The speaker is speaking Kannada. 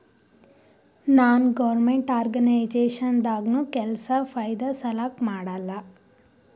ನಾನ್ ಗೌರ್ಮೆಂಟ್ ಆರ್ಗನೈಜೇಷನ್ ದಾಗ್ನು ಕೆಲ್ಸಾ ಫೈದಾ ಸಲಾಕ್ ಮಾಡಲ್ಲ